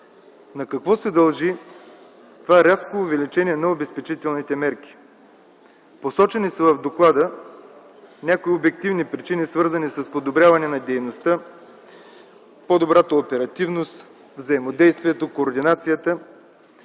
на какво се дължи това рязко увеличение на обезпечителните мерки? В доклада са посочени някои обективни причини, свързани с подобряване на дейността, по-добрата оперативност, взаимодействието и координацията.